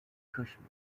cushman